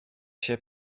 się